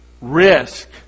risk